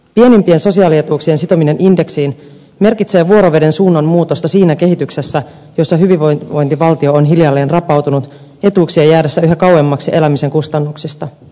pienimpien sosiaalietuuksien sitominen indeksiin merkitsee vuoroveden suunnanmuutosta siinä kehityksessä jossa hyvinvointivaltio on hiljalleen rapautunut etuuksien jäädessä yhä kauemmaksi elämisen kustannuksista